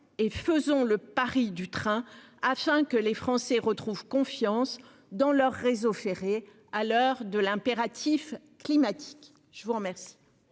et faisons le pari du train afin que les Français retrouvent confiance dans leur réseau ferré à l'heure de l'impératif climatique. Je vous remercie.